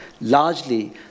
largely